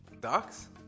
Doc's